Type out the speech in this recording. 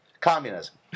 Communism